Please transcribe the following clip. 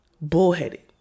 bullheaded